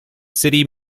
city